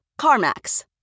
CarMax